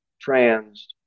trans